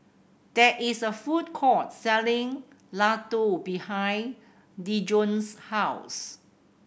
there is a food court selling Ladoo behind Dejon's house